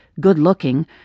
good-looking